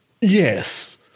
Yes